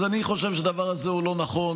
אז אני חושב שהדבר הזה הוא לא נכון.